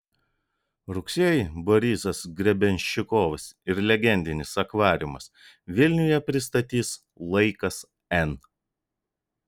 rugsėjį borisas grebenščikovas ir legendinis akvariumas vilniuje pristatys laikas n